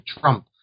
trump